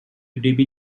debbie